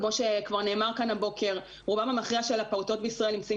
כמו שכבר נאמר כאן הבוקר רובם המכריע של הפעוטות בישראל נמצאים